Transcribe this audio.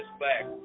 back